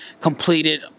completed